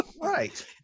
Right